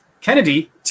Kennedy